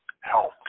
help